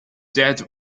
dead